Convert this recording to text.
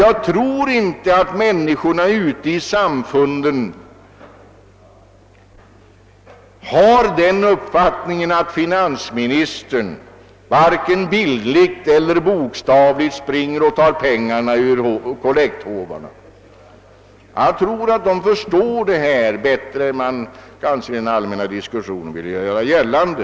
Jag tror inte heller att medlemmarna i samfunden har den uppfattningen att finansministern vare sig bildligt eller bokstavligt tar pengarna ur kollekthåvarna. Jag tror att de förstår detta bättre än man kanske i den allmänna diskussionen vill göra gällande.